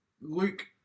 Luke